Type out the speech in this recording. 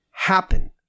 happen